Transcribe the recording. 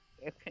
okay